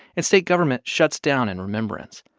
and state government shuts down in remembrance.